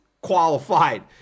qualified